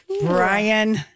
Brian